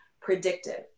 predictive